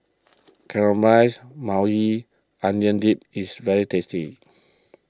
Caramelized Maui Onion Dip is very tasty